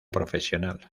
profesional